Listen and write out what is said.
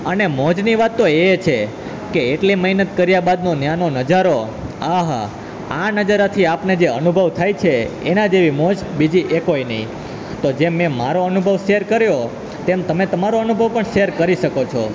અને મોજની વાત તો એ છે કે એટલી મહેનત કર્યા બાદનો ત્યાંનો નજારો આહા આ નજરાથી આપને જે અનુભવ થાય છે એના જેવી મોજ બીજી એ કોઈ નહીં તો જેમ મારો અનુભવ શેર કર્યો તેમ તમે તમારો અનુભવ પણ શેર કરી શકો છો